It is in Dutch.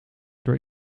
door